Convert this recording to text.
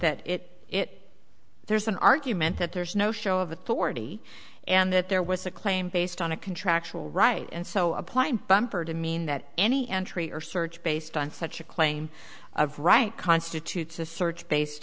that it it there's an argument that there's no show of authority and that there was a claim based on a contractual right and so apply bumper to mean that any entry or search based on such a claim of right constitutes a search based